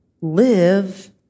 live